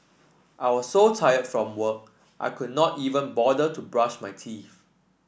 I was so tired from work I could not even bother to brush my teeth